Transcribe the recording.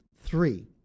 three